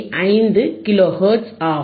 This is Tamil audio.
5 கிலோ ஹெர்ட்ஸ் ஆகும்